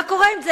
מה קורה עם זה?